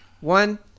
one